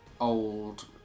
old